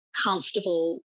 comfortable